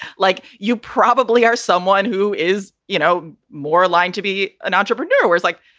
like you probably are someone who is, you know, more aligned to be an entrepreneur was like,